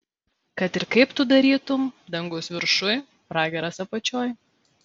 kad ir kaip tu darytum dangus viršuj pragaras apačioj